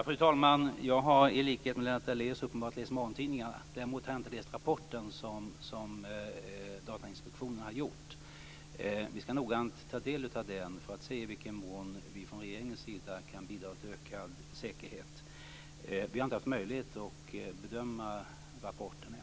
Fru talman! Jag har, uppenbarligen i likhet med Lennart Daléus, läst morgontidningarna. Däremot har jag inte läst den rapport som Datainspektionen har gjort. Vi skall noggrant ta del av den för att se i vilken mån vi från regeringens sida kan bidra till ökad säkerhet. Vi har inte haft möjlighet att bedöma rapporten än.